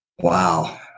Wow